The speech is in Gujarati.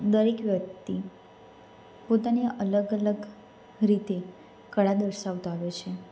દરેક વ્યક્તિ પોતાને અલગ અલગ રીતે કળા દર્શાવતા હોય છે